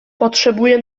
potrzebuję